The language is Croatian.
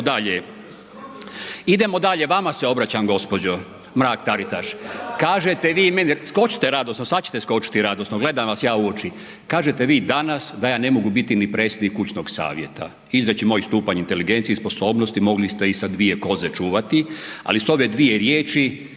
Idemo dalje, vama se obraćam gospođo Mrak Taritaš. Kažete vi meni … .../Upadica se ne čuje./... Skočite radosno, sada ćete skočiti radosno, gledam vas ja u oči, kažete vi danas da ja ne mogu biti ni predsjednik kućnog savjeta. .../Govornik se ne razumije./... moj stupanj inteligencije i sposobnosti mogli ste i sa dvije koze čuvati ali s ove dvije riječi